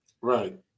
Right